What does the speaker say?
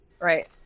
Right